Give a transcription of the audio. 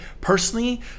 personally